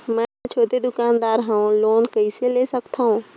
मे छोटे दुकानदार हवं लोन कइसे ले सकथव?